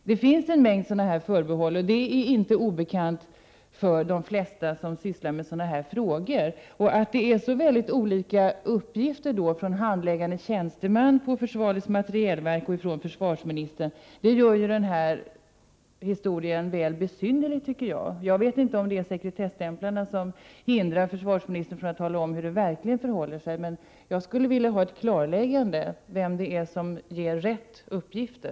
Det finns en mängd sådana förbehåll, och det är inte obekant för de flesta som sysslar med sådana här frågor. Att det är så väldigt olika uppgifter som lämnas av handläggande tjänstemän på försvarets materielverk och av Prot. 1988/89:46 försvarsministern gör ju den här historien väl besynnerlig. Jag vet inte om det 15 december 1988 är sekretesstämplarna som hindrar försvarsministern från att tala om hur det verkligen förhåller sig. Men jag skulle vilja ha ett klarläggande, vem det är som ger rätta uppgifter.